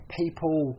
people